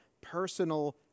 personal